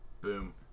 Boom